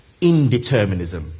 indeterminism